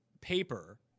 paper